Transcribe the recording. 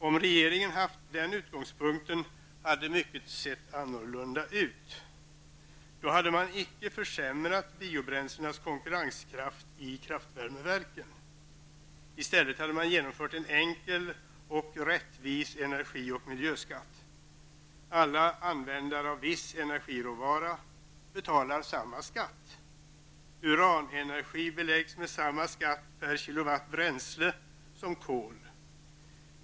Om regeringen haft den utgångspunkten hade mycket sett annorlunda ut. Då hade man inte försämrat biobränslenas konkurrenskraft i kraftvärmeverk. I stället hade man genomfört en enkel och rättvis energi och miljöskatt: alla användare av viss energiråvara betalar samma skatt. Uranenergi beläggs med samma skatt per kWh bränsle som kol.